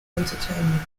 entertainment